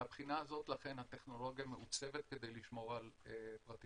מהבחינה הזאת לכן הטכנולוגיה מעוצבת כדי לשמור על פרטיות.